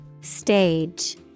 Stage